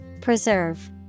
Preserve